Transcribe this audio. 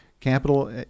Capital